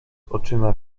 oczyma